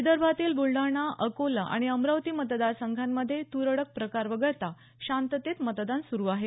विदर्भातील बुलडाणा अकोला आणि अमरावती मतदार संघांमध्ये तुरळक प्रकार वगळता शांततेत मतदान सुरू आहे